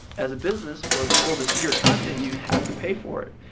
as a business, for the world to see your content, you have to pay for it.